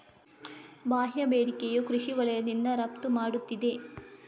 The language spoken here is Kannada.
ಬಾಹ್ಯ ಬೇಡಿಕೆಯು ಕೃಷಿ ವಲಯದಿಂದ ರಫ್ತು ಮಾಡುತ್ತಿದೆ